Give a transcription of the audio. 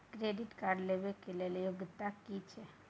Credit card लेबै के योग्यता कि छै?